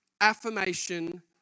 Affirmation